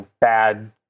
bad